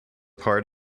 part